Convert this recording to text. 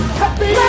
happy